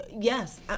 Yes